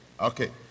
okay